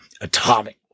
Atomic